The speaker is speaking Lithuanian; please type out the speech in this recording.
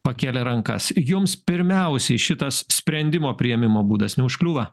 pakėlė rankas jums pirmiausiai šitas sprendimo priėmimo būdas neužkliūva